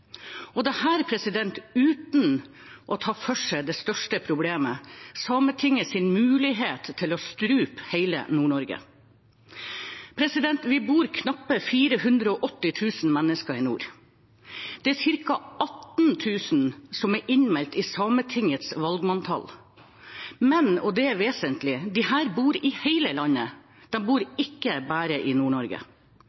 Og dette er uten å ta for seg det største problemet: Sametingets mulighet til å strupe hele Nord-Norge. Vi bor knappe 480 000 mennesker i nord. Det er ca. 18 000 som er innmeldt i Sametingets valgmanntall, men, og det er vesentlig, disse bor i hele landet, de bor